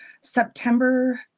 September